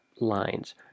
lines